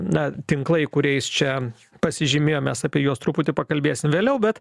na tinklai kuriais čia pasižymėjo mes apie juos truputį pakalbėsim vėliau bet